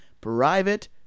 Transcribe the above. Private